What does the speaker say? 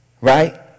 Right